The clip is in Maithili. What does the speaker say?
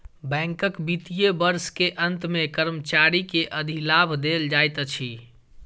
बैंकक वित्तीय वर्ष के अंत मे कर्मचारी के अधिलाभ देल जाइत अछि